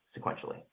sequentially